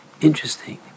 interesting